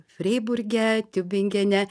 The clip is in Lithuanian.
freiburge tiubingene